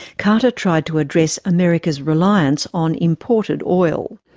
carter tried to address america's reliance on imported oil.